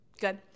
Good